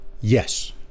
Yes